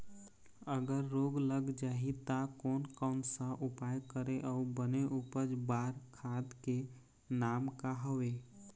अगर रोग लग जाही ता कोन कौन सा उपाय करें अउ बने उपज बार खाद के नाम का हवे?